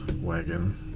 wagon